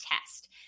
test